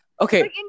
Okay